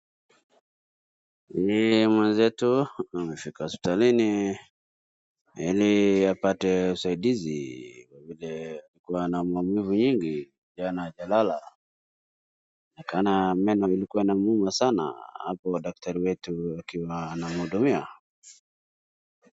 Ni mwenzetu amefika hospitalini ili apate usaidizi kwa vile alikuwa na maumivu mengi jana hajalala. Inaonekana meno ilikuwa inamuuma sana hapo daktari wetu akiwa anamuhudumia.